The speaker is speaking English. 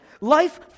Life